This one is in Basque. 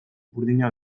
burdina